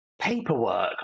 paperwork